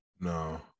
No